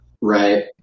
Right